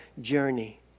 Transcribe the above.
journey